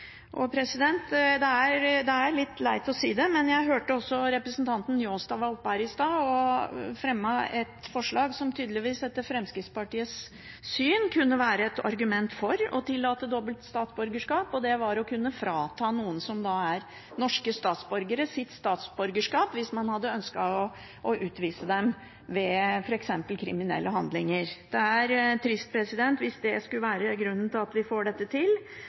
Det er litt leit å si det, men jeg hørte representanten Njåstad var oppe her i stad og sa noe som tydeligvis, etter Fremskrittspartiets syn, kunne være et argument for å tillate dobbelt statsborgerskap. Det var å kunne frata noen som er norske statsborgere, deres statsborgerskap, hvis man hadde ønsket å utvise dem, f.eks. på grunn av kriminelle handlinger. Det er trist hvis det skulle være grunnen til at vi får dette til,